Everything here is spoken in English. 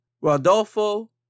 Rodolfo